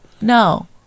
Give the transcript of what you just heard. no